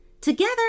together